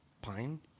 Pine